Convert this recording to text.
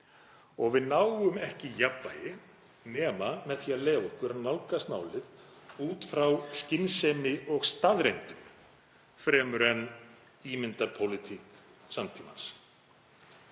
og við náum ekki jafnvægi nema með því að leyfa okkur að nálgast málið út frá skynsemi og staðreyndum fremur en ímyndarpólitík samtímans.